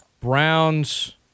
browns